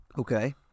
Okay